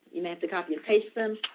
you may have to copy and paste them.